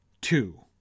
Two